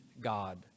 God